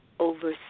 Over